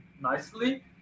nicely